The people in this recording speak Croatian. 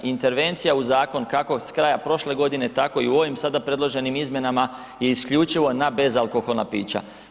Intervencija u zakon kako s kraja prošle godine tako i u ovim sada predloženim izmjenama je isključivo na bezalkoholna pića.